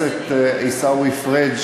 היא לחבר הכנסת עיסאווי פריג',